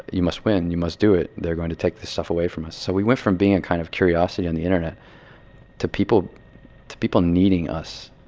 you must win. you must do it. they're going to take this stuff away from us. so we went from being a kind of curiosity on the internet to people to people needing us,